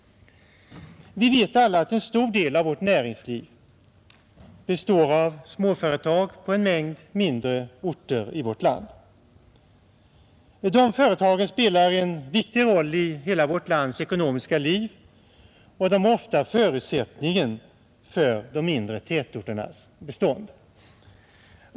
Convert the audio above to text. Vi vet alla att en stor del av vårt näringsliv består av småföretag på en mängd mindre orter i vårt land. De företagen spelar en viktig roll i hela vårt lands ekonomiska liv och är ofta förutsättningen för de mindre tätorternas bestånd.